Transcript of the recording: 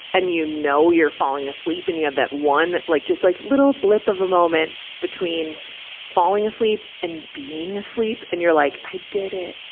and you know you're falling asleep, and you have that one, like just like little blip of a moment between falling asleep and being asleep. and you're like, i did it.